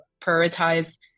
prioritize